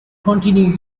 continue